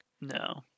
No